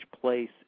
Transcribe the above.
place